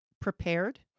prepared